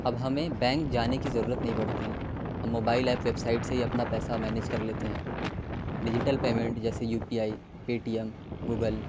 اب ہمیں بینک جانے کی ضرورت نہیں پڑتی ہم موبائل ایپ ویب سائٹ سے ہی اپنا پیسہ مینج کر لیتے ہیں ڈیجیٹل پیمنٹ جیسے U P I Paytm Google